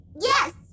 Yes